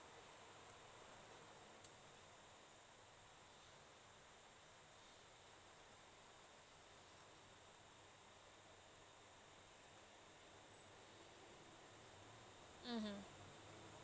mmhmm